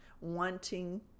wanting